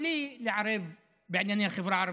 בלי להתערב בענייני החברה הערבית,